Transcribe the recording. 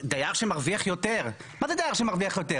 דייר שמרוויח יותר, מה זה דייר שמרוויח יותר?